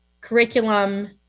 curriculum